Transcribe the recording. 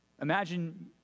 Imagine